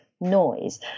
noise